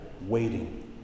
waiting